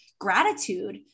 gratitude